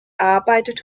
arbeitet